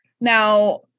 Now